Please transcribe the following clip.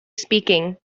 speaking